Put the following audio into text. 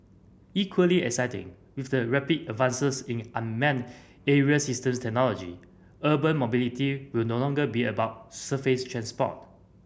equally exciting with the rapid advances in unmanned aerial systems technology urban mobility will no longer be about surface transport